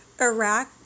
Iraq